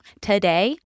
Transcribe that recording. today